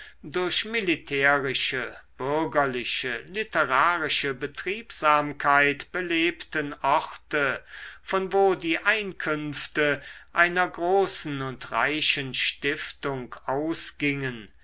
durch militärische bürgerliche literarische betriebsamkeit belebten orte von wo die einkünfte einer großen und reichen stiftung ausgingen